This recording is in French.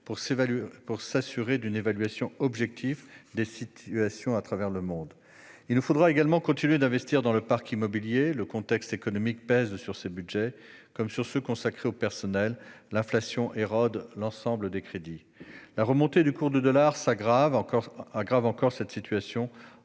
pour nous assurer d'une évaluation objective des situations à travers le monde. Il nous faudra également continuer d'investir dans le parc immobilier. Le contexte économique pèse sur ces budgets comme sur ceux qui sont consacrés aux personnels : l'inflation érode l'ensemble des crédits. En outre, la remontée du cours du dollar aggrave encore cette situation,